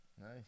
Nice